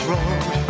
road